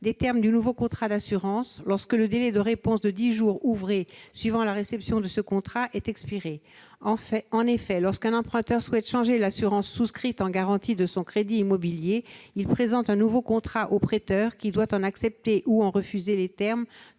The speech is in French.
des termes du nouveau contrat d'assurance lorsque le délai de réponse de dix jours ouvrés suivant la réception de ce contrat est expiré. En effet, lorsqu'un emprunteur souhaite changer l'assurance souscrite en garantie de son crédit immobilier, il présente un nouveau contrat au prêteur, qui doit en accepter ou en refuser les termes